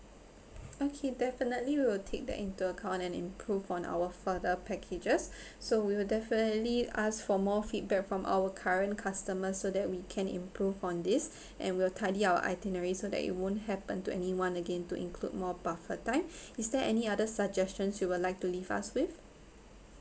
okay definitely we will take that into account and improve on our further packages so we will definitely ask for more feedback from our current customers so that we can improve on this and will tidy our itinerary so that it won't happen to anyone again to include more buffer time is there any other suggestions you would like to leave us with